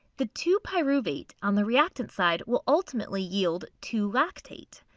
the two pyruvate on the reactant side will ultimately yield two lactate.